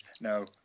No